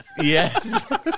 Yes